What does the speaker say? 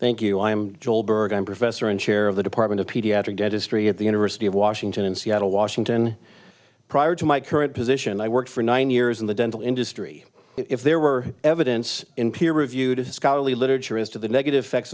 thank you i am jo'burg i'm professor and chair of the department of pediatric dentistry at the university of washington in seattle washington prior to my current position i worked for nine years in the dental industry if there were evidence in peer reviewed of scholarly literature is to the negative effects